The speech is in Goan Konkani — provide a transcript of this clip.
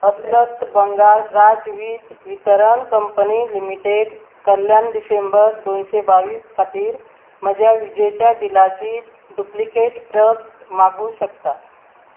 अस्तंत बंगाल राजवीज वितरण कंपनी लिमिटेड कल्याण डिशेंबर दोनशे बावीस खातीर म्हज्या विजेच्या बिलाची डुप्लिकेट प्रत मागूं शकता